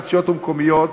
ארציות ומקומיות,